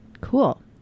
Cool